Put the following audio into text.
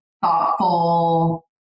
thoughtful